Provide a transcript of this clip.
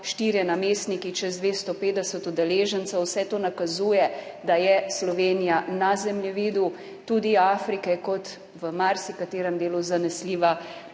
štirje namestniki, čez 250 udeležencev. Vse to nakazuje, da je Slovenija na zemljevidu, tudi Afrike, kot v marsikaterem delu zanesljiva